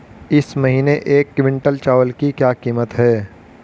इस महीने एक क्विंटल चावल की क्या कीमत है?